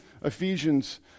Ephesians